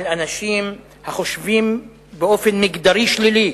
על אנשים החושבים באופן מגדרי שלילי.